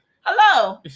hello